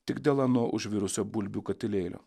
tik dėl ano užvirusio bulbių katilėlio